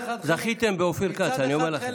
זכיתם באופיר כץ, אני אומר לכם.